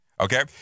okay